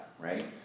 right